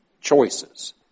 choices